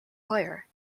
player